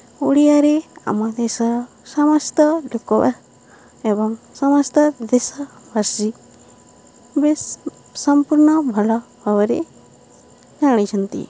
ଓଡ଼ିଆରେ ଆମ ଦେଶର ସମସ୍ତ ଲୋକ ବା ଏବଂ ସମସ୍ତ ଦେଶବାସୀ ବେଶ୍ ସମ୍ପୂର୍ଣ୍ଣ ଭଲ ଭାବରେ ଜାଣିଛନ୍ତି